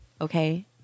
okay